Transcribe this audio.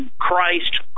Christ